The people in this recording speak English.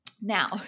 Now-